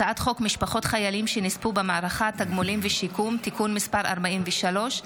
הצעת חוק משפחות חיילים שנספו במערכה (תגמולים ושיקום) (תיקון מס' 43),